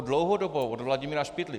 Dlouhodobou, od Vladimíra Špidly.